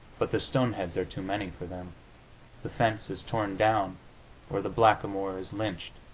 but the stoneheads are too many for them the fence is torn down or the blackamoor is lynched.